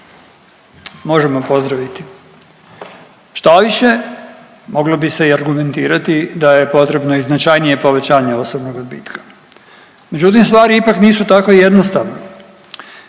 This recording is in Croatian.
možemo pozdraviti. Štoviše moglo bi se i argumentirati da je potrebno i značajnije povećanje osobnog odbitka, međutim stvari ipak nisu tako jednostavne.